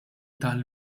tal